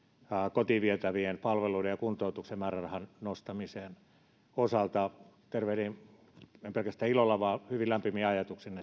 kotiin vietävien palveluiden ja kuntoutuksen määrärahan nostamisen osalta tervehdin en pelkästään ilolla vaan hyvin lämpimin ajatuksin